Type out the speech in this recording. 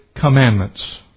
commandments